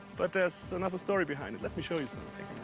but there's another story behind it. let me show you something.